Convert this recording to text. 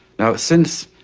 now since,